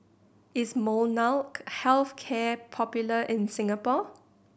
is Molnylcke Health Care popular in Singapore